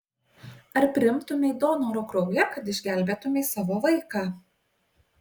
ar priimtumei donoro kraują kad išgelbėtumei savo vaiką